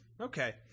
Okay